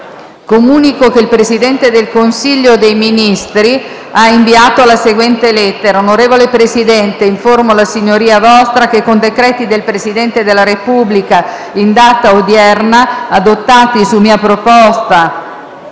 Comunico che il Presidente del Consiglio dei ministri ha inviato la seguente lettera: